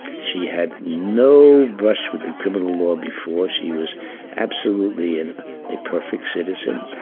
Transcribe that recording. she had no brush with the criminal law before. she was absolutely and a perfect citizen.